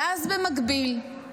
ואז, במקביל,